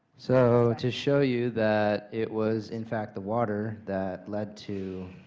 so to show you that it was, in fact, the water that led to